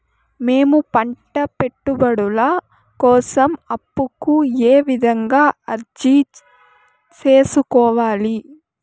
మేము పంట పెట్టుబడుల కోసం అప్పు కు ఏ విధంగా అర్జీ సేసుకోవాలి?